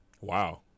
Wow